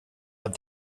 but